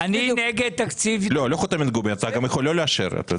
לא חותמת גומי, אתה יכול גם לא לאשר.